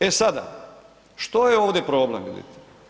E sada, što je ovdje problem vidite?